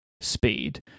speed